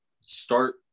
start